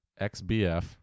xbf